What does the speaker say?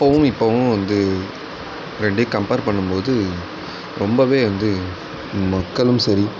அப்போவும் இப்போவும் வந்து ரெண்டையும் கம்ப்பேர் பண்ணும்போது ரொம்ப வந்து மக்களும் சரி